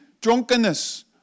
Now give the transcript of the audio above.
Drunkenness